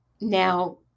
now